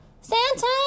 Santa